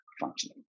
functioning